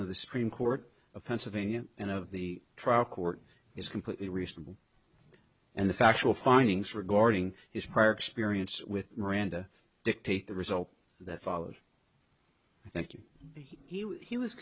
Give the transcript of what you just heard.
of the supreme court of pennsylvania and of the trial court is completely reasonable and the factual findings regarding his prior experience with miranda dictate the result that followed thank you he was